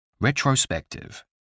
Retrospective